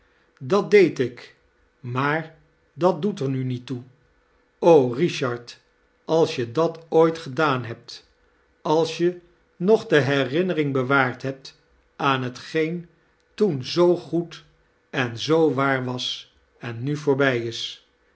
dat deed ik maa r dat doet er mi niet toe richard als je dat ooit gedaan liebt als je nog de hecinnerihg bewaard hebt aan hetgeen toen zoo goed en zoo waar was en nu voarbij is